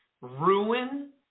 ruin